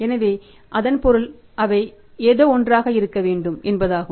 எனவே அதன் பொருள் அவை ஏதோவொன்றாக இருக்க வேண்டும் என்பதாகும்